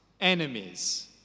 enemies